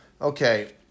Okay